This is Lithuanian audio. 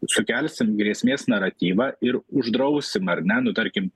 sukelsim grėsmės naratyvą ir uždrausim ar ne nu tarkim